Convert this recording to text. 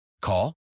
Call